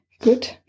Good